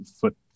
foot